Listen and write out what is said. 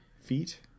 feet